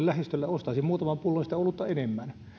lähistöllä ostaisin muutaman pullon sitä olutta enemmän